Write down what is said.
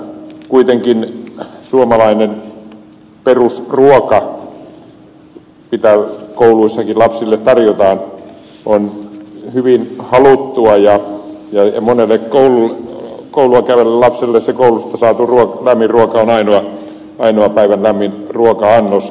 kuitenkin suomalainen perusruoka mitä kouluissakin lapsille tarjotaan on hyvin haluttua ja monelle koulua käyvälle lapselle se koulusta saatu lämmin ruoka on päivän ainoa lämmin ruoka annos